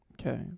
Okay